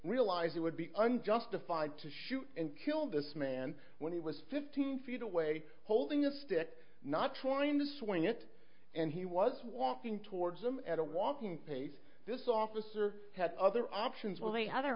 realized it would be unjustified to shoot and kill this man when he was fifteen feet away holding a stick not trying to swing it and he was walking towards him at a walking pace this officer had other options with the other